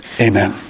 Amen